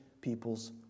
people's